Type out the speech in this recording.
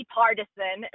partisan